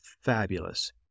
fabulous